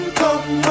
come